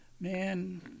man